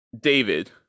david